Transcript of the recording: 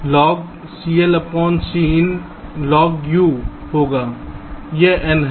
N logCLCinlog U होगा यह N है